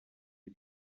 you